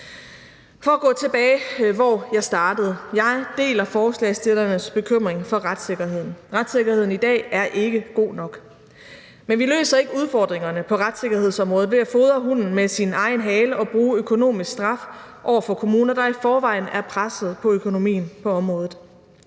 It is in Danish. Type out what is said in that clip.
For at gå tilbage til der, hvor jeg startede: Jeg deler forslagsstillernes bekymring for retssikkerheden. Retssikkerheden i dag er ikke god nok. Men vi løser ikke udfordringerne på retssikkerhedsområdet ved at fodre hunden med sin egen hale og bruge økonomisk straf over for kommuner, der i forvejen er pressede på økonomien på området.